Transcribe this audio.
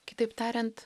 kitaip tariant